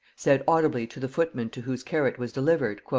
said audibly to the footman to whose care it was delivered,